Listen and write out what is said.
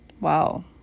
Wow